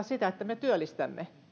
sitä että me työllistämme